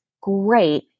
great